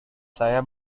saya